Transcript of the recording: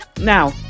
Now